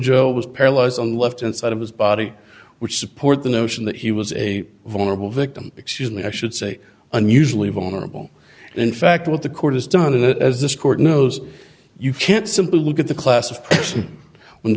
jo was paralyzed on the left and side of his body which support the notion that he was a vulnerable victim excuse me i should say unusually vulnerable in fact what the court has done and that as this court knows you can't simply look at the classified when t